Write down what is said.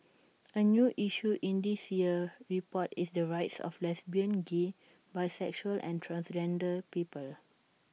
A new issue in this year's report is the rights of lesbian gay bisexual and transgender people